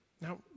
Now